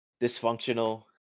dysfunctional